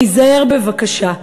להיזהר בבקשה,